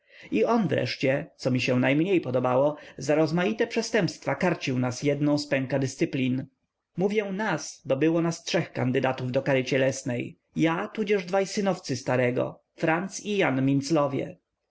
i on wreszcie co mi się najmniej podobało za rozmaite przestępstwa karcił nas jedną z pęka dyscyplin mówię nas bo było nas trzech kandydatów do kary cielesnej ja tudzież dwaj synowcy starego franc i